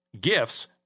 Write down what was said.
gifts